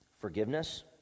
Forgiveness